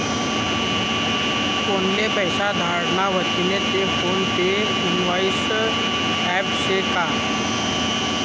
कोनले पैसा धाडना व्हतीन ते फोन पे ईस्वासनं ॲप शे का?